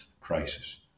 crisis